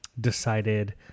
decided